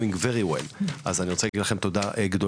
doing very well אז אני רוצה להגיד לכם תודה גדולה,